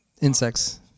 insects